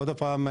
עוד הפעם,